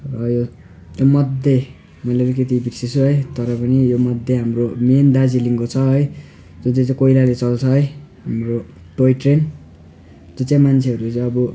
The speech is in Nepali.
र यो त्योमध्ये मैले अलिकति बिर्सेछु है तर पनि योमध्ये हाम्रो मेन दार्जिलिङको छ है जुन चाहिँ चाहिँ कोइलाले चल्छ है हाम्रो टोय ट्रेन त्यो चाहिँ मान्छेहरूले अब